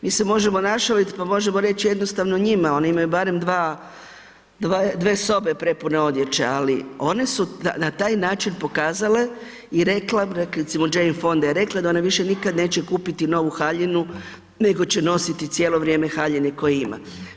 Mi se možemo našaliti pa možemo reći jednostavno njima, one imaju barem dva, dve sobe prepune odjeće, ali one su na taj način pokazale i rekle, recimo Jane Fonda je rekla da ona više nikad neće kupiti novu haljinu nego će nositi cijelo vrijeme haljine koje ima.